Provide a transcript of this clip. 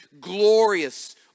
glorious